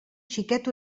xiquet